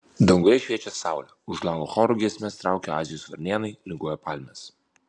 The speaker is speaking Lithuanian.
danguje šviečia saulė už lango choru giesmes traukia azijos varnėnai linguoja palmės